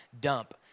dump